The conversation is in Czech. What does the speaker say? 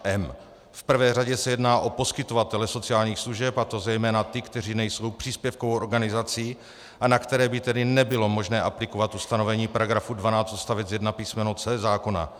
V prvé řadě se jedná o poskytovatele sociálních služeb, a to zejména ty, kteří nejsou příspěvkovou organizací a na které by tedy nebylo možné aplikovat ustanovení § 12 odst. 1 písm. c) zákona.